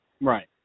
Right